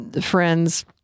friends